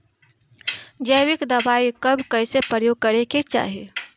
जैविक दवाई कब कैसे प्रयोग करे के चाही?